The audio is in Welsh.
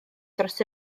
dros